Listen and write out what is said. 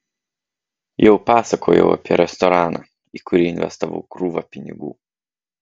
jau pasakojau apie restoraną į kurį investavau krūvą pinigų